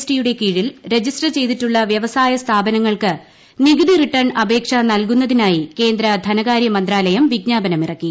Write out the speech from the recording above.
T യുടെ കീഴിൽ register ചെയ്തിട്ടുള്ള വൃവസായ സ്ഥാപനങ്ങൾക്ക് നികുതി റിട്ടേൺ അപേക്ഷ നൽകുന്നുതിനായി കേന്ദ്ര ധനകാര്യമന്ത്രാലയം വിജ്ഞാപനമിറ്റിക്കി